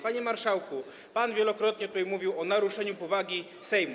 Panie marszałku, pan wielokrotnie tutaj mówił o naruszeniu powagi Sejmu.